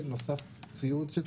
הוספת ציוד שצריך לקנות.